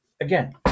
Again